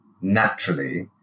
naturally